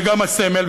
וגם הסמל,